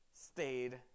stayed